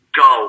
go